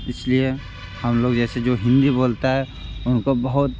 इसलिए हम लोग जैसे जो हिंदी बोलता है उनको बहुत